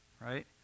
right